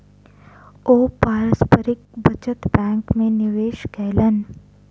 ओ पारस्परिक बचत बैंक में निवेश कयलैन